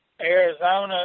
Arizona